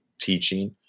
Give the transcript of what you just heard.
teaching